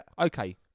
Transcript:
Okay